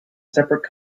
separate